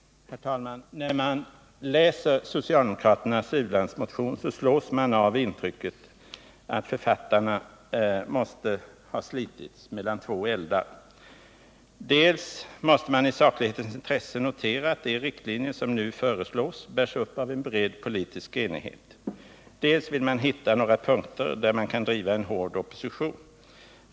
Herr talman! När man läser socialdemokraternas u-landsmotion slås man av intrycket att författarna måste ha slitits mellan två eldar. Dels måste de i saklighetens intresse notera att de riktlinjer som nu föreslås bärs upp av en bred politisk enighet, dels vill de hitta några punkter där de kan driva en hård opposition.